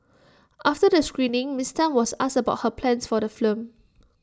after the screening miss Tan was asked about her plans for the film